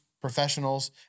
professionals